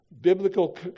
Biblical